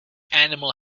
animal